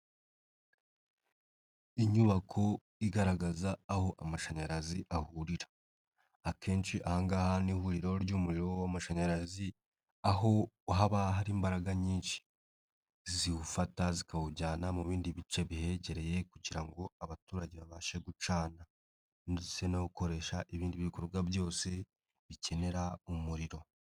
Inyubako igaragaza aho amashanyarazi ahurira akenshi ahangaha ni ihuriro ry'umuriro w'amashanyarazi aho haba hari imbaraga nyinshi ziwufata zikawujyana mu bindi bice bihegereye kugira ngo abaturage babashe gucana ndetse no gukoresha ibindi bikorwa byose bikenera umuriro.